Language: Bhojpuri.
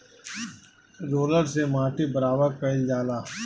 रोलर से माटी बराबर कइल जाला